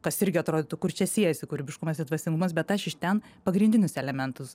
kas irgi atrodytų kur čia siejasi kūrybiškumas dvasingumas bet aš iš ten pagrindinius elementus